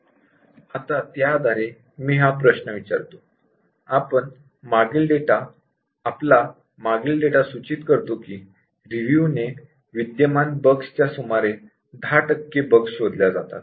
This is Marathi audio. आता त्या आधारे मी हा प्रश्न विचारतो आपला मागील डेटा सूचित करतो की रिव्यू ने बग्स च्या सुमारे 10 टक्के बग्स शोधल्या जातात